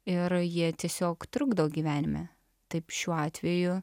ir jie tiesiog trukdo gyvenime taip šiuo atveju